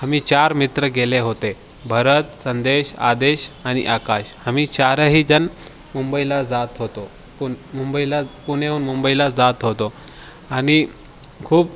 आम्ही चार मित्र गेले होते भरत संदेश आदेश आणि आकाश आम्ही चारहीजण मुंबईला जात होतो पुन्हा मुंबईला पुण्याहून मुंबईला जात होतो आणि खूप